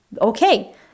okay